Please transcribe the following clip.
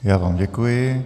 Já vám děkuji.